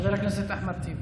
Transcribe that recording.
חבר הכנסת אחמד טיבי.